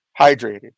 hydrated